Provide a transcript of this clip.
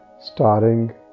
starting